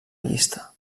llista